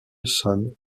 sun